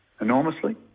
enormously